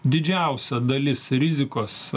didžiausia dalis rizikos